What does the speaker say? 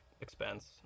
expense